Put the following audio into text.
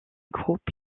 groupe